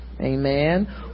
Amen